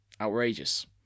outrageous